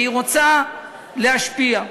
והיא רוצה להשפיע.